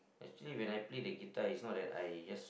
actually when I play the guitar it's not that I just